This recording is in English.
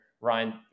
Ryan